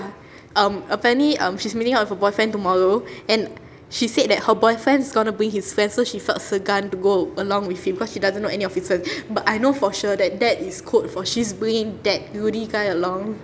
um apparently um she's meeting up with her boyfriend tomorrow and she said that her boyfriend is going to bring his friend so she felt segan to go along with him because she doesn't know any of his friends but I know for sure that that is code for she's bringing that rudy guy along